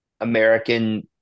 American